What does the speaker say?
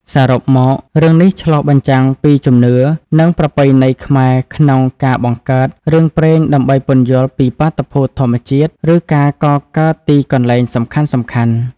សរុបមករឿងនេះឆ្លុះបញ្ចាំងពីជំនឿ និងប្រពៃណីខ្មែរក្នុងការបង្កើតរឿងព្រេងដើម្បីពន្យល់ពីបាតុភូតធម្មជាតិ ឬការកកើតទីកន្លែងសំខាន់ៗ។